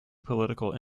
political